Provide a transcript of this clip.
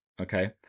okay